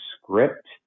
script